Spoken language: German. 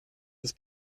des